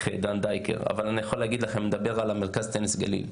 אבל אני יכול לדבר על מרכז הטניס גליל.